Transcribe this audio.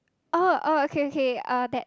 oh oh okay okay that